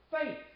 faith